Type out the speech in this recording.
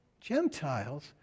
Gentiles